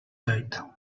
date